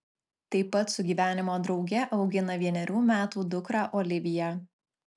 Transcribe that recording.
tai pat su gyvenimo drauge augina vienerių metų dukrą oliviją